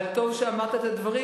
אבל טוב שאמרת את הדברים,